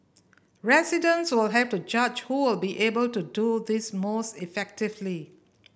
residents will have to judge who will be able to do this most effectively